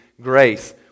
grace